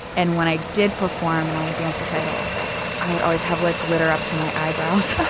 and when i did perform and i had dance recitals, like i would always have like glitter up to my eyebrows.